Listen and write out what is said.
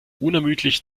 unermüdlich